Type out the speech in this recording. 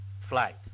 flight